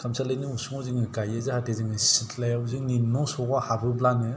खामसालिनि उसुङाव जोङो गायो जाहाथे जोंनि न'सखआव हाबोब्लानो